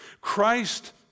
Christ